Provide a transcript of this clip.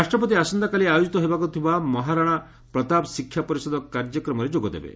ରାଷ୍ଟ୍ରପତି ଆସନ୍ତାକାଲି ଆୟୋଜିତ ହେବାକୁ ଥିବା ମହରାଣା ପ୍ରତାପ ଶିକ୍ଷା ପରିଷଦ କାର୍ଯ୍ୟକ୍ରମରେ ଯୋଗଦେବେ